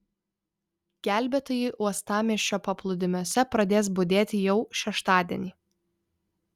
gelbėtojai uostamiesčio paplūdimiuose pradės budėti jau šeštadienį